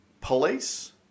police